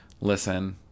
Listen